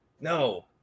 no